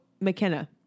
McKenna